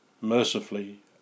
mercifully